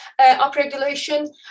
upregulation